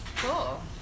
cool